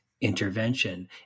intervention